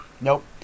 Nope